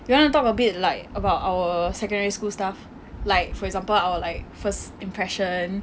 you want to talk a bit like about our secondary school stuff like for example our like first impression